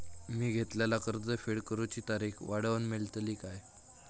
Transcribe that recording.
मी घेतलाला कर्ज फेड करूची तारिक वाढवन मेलतली काय?